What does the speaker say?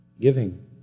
Giving